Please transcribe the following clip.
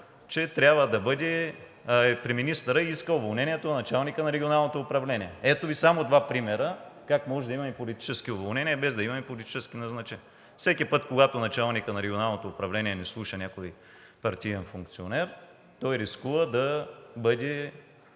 и заплашва. При министъра иска уволнението на началника на регионалното управление. Ето Ви само два примера как може да имаме политически уволнения, без да имаме политически назначения. Всеки път, когато началникът на регионалното управление не слуша някой партиен функционер, без да е